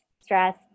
Stress